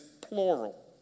plural